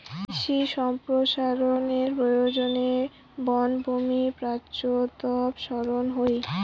কৃষি সম্প্রসারনের প্রয়োজনে বনভূমি পশ্চাদপসরন হই